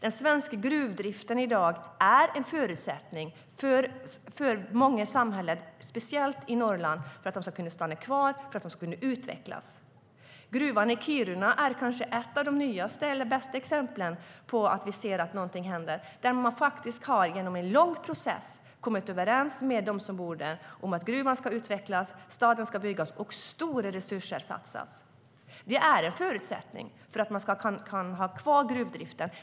Den svenska gruvdriften är i dag en förutsättning för utveckling i många samhällen, speciellt i Norrland, och för att människor ska kunna stanna kvar. Gruvan i Kiruna är kanske ett av de nyaste eller bästa exemplen på att någonting händer. Man har genom en lång process kommit överens med dem som bor där om att gruvan ska utvecklas, staden byggas och stora resurser satsas. Det är en förutsättning för att man ska kunna ha kvar gruvdriften.